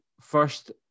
First